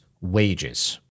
wages